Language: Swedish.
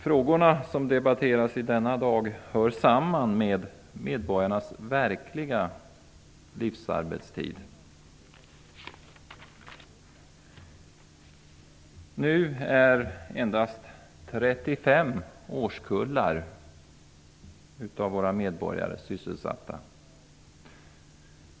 Frågorna som debatteras i dag hör samman med medborgarnas verkliga livsarbetstid. Nu är endast 35 årskullar av våra medborgare sysselsatta.